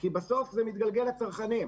כי בסוף זה הרי מתגלגל לצרכנים.